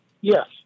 Yes